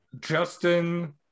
Justin